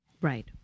Right